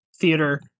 theater